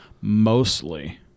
mostly